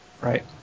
Right